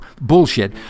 bullshit